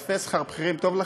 שכר בכירים טוב לכם?